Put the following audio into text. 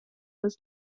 his